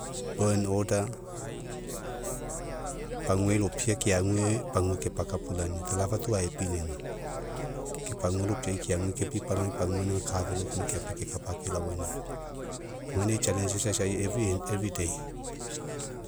Law and order paguai lopia keague pagua kepakapulania talafatu aepinauga. Ke pagua lopiai keague kepipalagai pagua gaina gaka felo keoma keapae kekapa kelaoaina puo gainai challenges aisai everyday.